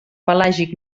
pelàgic